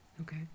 Okay